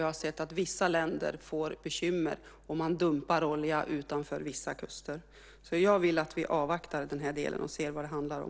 Vi har ju sett att vissa länder får bekymmer om olja dumpas utanför vissa kuster. Jag vill att vi avvaktar i den här delen för att se vad det handlar om.